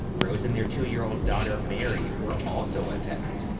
rose and their two-year old daughter mary were also attacked.